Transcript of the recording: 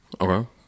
Okay